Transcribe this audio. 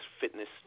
fitness